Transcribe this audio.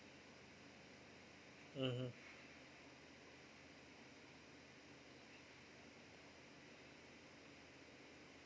mmhmm